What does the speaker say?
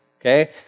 Okay